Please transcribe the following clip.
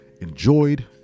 enjoyed